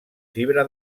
fibra